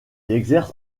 exerce